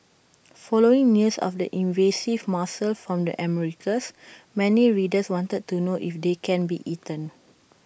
following news of the invasive mussel from the Americas many readers wanted to know if they can be eaten